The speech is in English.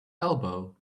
elbow